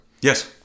Yes